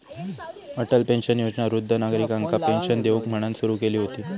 Atal pension Yojana वृद्ध नागरिकांका pension देऊक म्हणान सुरू केली हुती